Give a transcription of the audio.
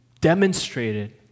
demonstrated